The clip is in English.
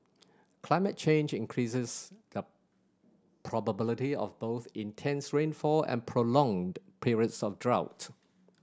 climate change increases the probability of both intense rainfall and prolonged periods of drought